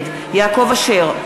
נגד יעקב אשר,